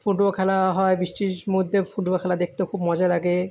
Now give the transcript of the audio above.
football খেলা হয় বৃষ্টির মধ্যে ফুটবল খেলা দেখতেও খুব মজা লাগে